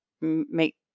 make